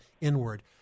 inward